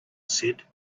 said